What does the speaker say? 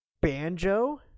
Banjo